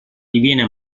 diviene